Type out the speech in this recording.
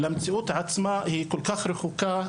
למציאות עצמה היא כל כך רחוקה,